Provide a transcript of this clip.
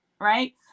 Right